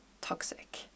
toxic